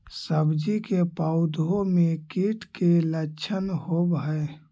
सब्जी के पौधो मे कीट के लच्छन होबहय?